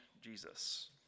Jesus